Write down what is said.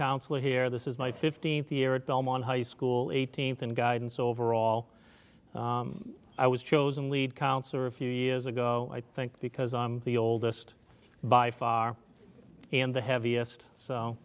counselor here this is my fifteenth year at belmont high school in eighteenth and guidance overall i was chosen lead counselor a few years ago i think because i'm the oldest by far and the heaviest so